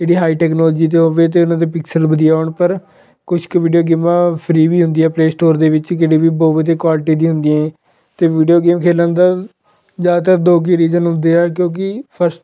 ਜਿਹੜੀ high technology 'ਤੇ ਹੋਵੇ ਅਤੇ ਉਹਨਾਂ ਦੇ ਪਿਕਸਲ ਵਧੀਆ ਹੋਣ ਪਰ ਕੁਛ ਕੁ ਵੀਡੀਓ ਗੇਮਾਂ ਫਰੀ ਵੀ ਹੁੰਦੀਆਂ ਪਲੇਅ ਸਟੋਰ ਦੇ ਵਿੱਚ ਕਿਹੜੇ ਵੀ ਬਹੁਤ ਵਧੀਆ ਕੁਆਲਿਟੀ ਦੀ ਹੁੰਦੀਆਂ ਹੈ ਅਤੇ ਵੀਡੀਓ ਗੇਮ ਖੇਡਣ ਦਾ ਜ਼ਿਆਦਾਤਰ ਦੋ ਕੁ ਹੀ ਰੀਜਨ ਹੁੰਦੇ ਆ ਕਿਉਂਕਿ ਫਸਟ